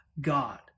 God